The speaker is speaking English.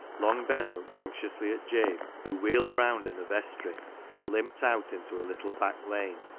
long ben looked anxiously at jabe, who wheeled round in the vestry and limped out into a little back lane,